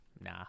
Nah